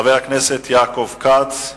חבר הכנסת חיים כץ,